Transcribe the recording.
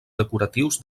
decoratius